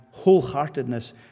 wholeheartedness